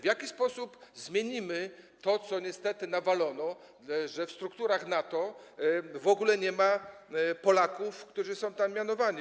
W jaki sposób zmienimy to, w czym niestety nawalono, że w strukturach NATO w ogóle nie ma Polaków, którzy są tam mianowani?